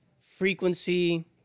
Frequency